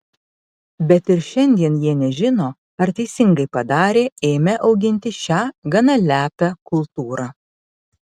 bet ir šiandien jie nežino ar teisingai padarė ėmę auginti šią gana lepią kultūrą